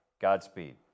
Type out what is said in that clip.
Godspeed